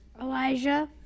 Elijah